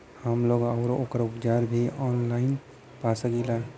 हमलोग रोग अउर ओकर उपचार भी ऑनलाइन पा सकीला?